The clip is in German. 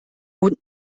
und